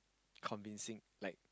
convincing like